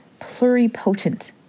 pluripotent